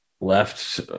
left